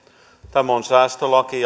tämä on säästölaki